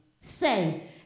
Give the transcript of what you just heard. say